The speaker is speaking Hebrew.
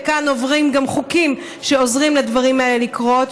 וכאן עוברים גם חוקים שעוזרים לדברים האלה לקרות,